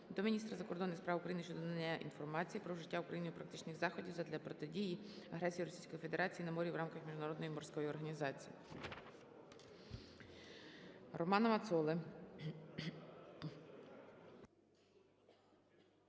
до Міністра закордонних справ України щодо надання інформації про вжиття Україною практичних заходів задля протидії агресії Російської Федерації на морі в рамках Міжнародної морської організації.